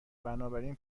بنابراین